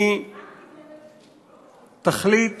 היא תכלית